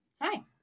Hi